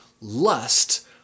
Lust